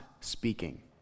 speaking